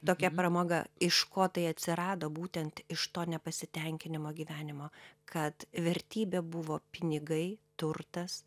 tokia pramoga iš ko tai atsirado būtent iš to nepasitenkinimo gyvenimo kad vertybė buvo pinigai turtas